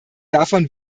davon